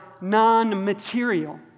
non-material